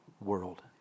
world